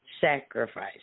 sacrifice